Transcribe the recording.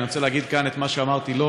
אני רוצה להגיד כאן את מה שאמרתי לו,